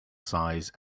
size